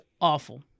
awful